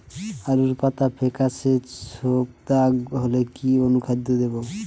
আলুর পাতা ফেকাসে ছোপদাগ হলে কি অনুখাদ্য দেবো?